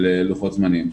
של לוחות זמנים,